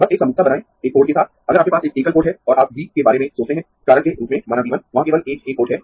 बस एक समरूपता बनाएं एक पोर्ट के साथ अगर आपके पास एक एकल पोर्ट है और आप V के बारे में सोचते है कारण के रूप में माना V 1 वहां केवल एक एक पोर्ट है